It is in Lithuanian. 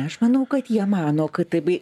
aš manau kad jie mano kad taip